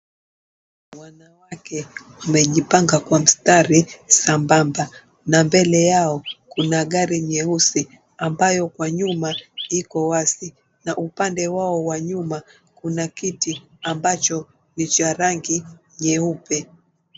Wanawake wamejipanga kwa mstari sambamba na mbele yao kuna gari nyeusi ambayo kwa nyuma iko wazi na upande wao wa nyuma kuna kiti ambacho ni cha rangi nyeupe.